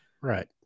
Right